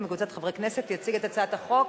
והיא תחזור לוועדת החוקה,